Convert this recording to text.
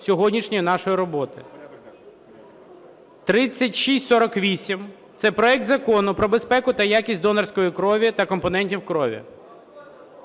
сьогоднішньої нашої роботи. 3648 – це проект Закону про безпеку та якість донорської крові та компонентів крові.